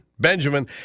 Benjamin